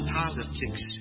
politics